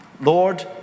Lord